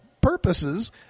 purposes